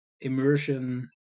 immersion